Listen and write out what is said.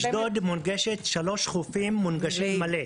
אשדוד מונגשת שלושה חופים מונגשים מלא.